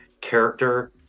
character